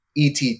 ET